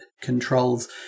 controls